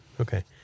Okay